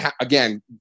again